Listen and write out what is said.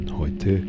heute